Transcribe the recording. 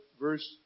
verse